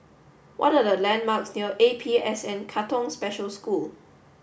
what are the landmarks near A P S N Katong Special School